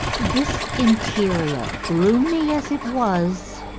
this interior, gloomy as it was,